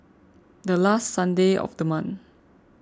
the last Sunday of the month